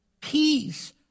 peace